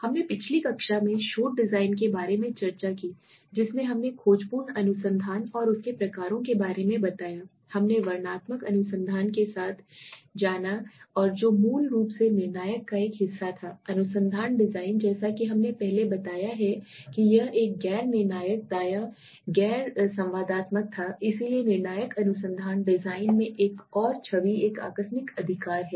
हमने पिछले कक्षा में शोध डिजाइन के बारे में चर्चा की जिसमें हमने खोजपूर्ण अनुसंधान और उसके प्रकारों के बारे में बताया हमने वर्णनात्मक अनुसंधान के साथ ठीक किया और जो मूल रूप से निर्णायक का एक हिस्सा था अनुसंधान डिजाइन जैसा कि हमने पहले बताया है कि यह एक गैर निर्णायक दायां गैर संवादात्मक था इसलिए निर्णायक अनुसंधान डिजाइन में एक और छवि एक आकस्मिक अधिकार है